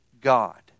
God